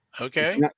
Okay